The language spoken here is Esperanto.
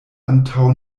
antaŭ